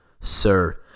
Sir